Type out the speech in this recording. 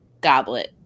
Goblet